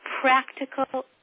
practical